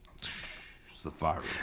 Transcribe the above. Safari